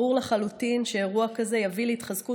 ברור לחלוטין שאירוע כזה יביא להתחזקות